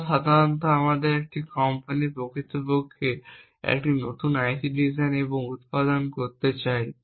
সুতরাং সাধারণত যদি একটি কোম্পানি প্রকৃতপক্ষে একটি নতুন আইসি ডিজাইন এবং উত্পাদন করতে চায়